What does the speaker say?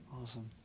Awesome